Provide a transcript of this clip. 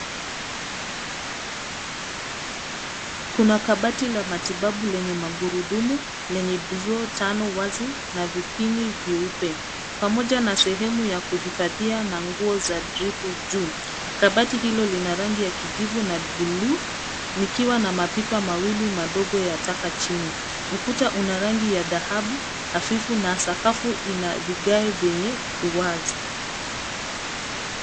Kuna kabati la matibabu lenye magurudumu lenye draw tano wazi na vipini vyeupe pamoja na sehemu ya kuhifadhia na nguo za drip juu. Kabati hilo lina rangi ya kijivu na bluu likiwa na mapipa mawili madogo yataka chini. Ukuta una rangi ya dhahabu hafifu na sakafu ina vigae vyenye ruwaza.